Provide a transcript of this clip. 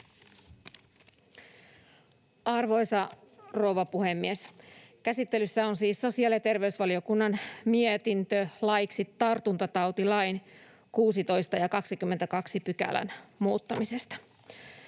Arvoisa rouva puhemies! Käsittelyssä on siis sosiaali‑ ja terveysvaliokunnan mietintö laiksi tartuntatautilain 16 ja 22 §:n muuttamisesta.